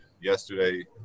yesterday